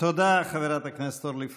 תודה לחברת הכנסת אורלי פרומן.